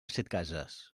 setcases